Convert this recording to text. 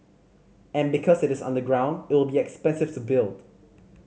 and because it is underground it will be expensive to build